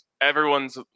everyone's